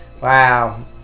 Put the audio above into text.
wow